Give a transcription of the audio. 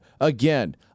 Again